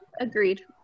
agreed